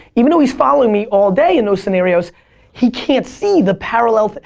even though he's following me all day in those scenarios he can't see the parallel.